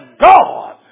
God